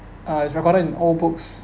uh it's recorded in old books